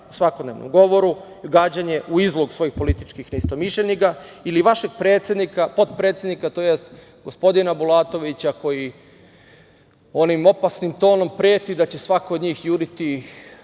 u svakodnevnom govoru, gađanje u izlog svojih političkih neistomišljenika ili vašeg predsednika, potpredsednika, tj. gospodina Bulatovića, koji onim opasnim tonom preti da će svako od njih juriti